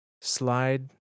slide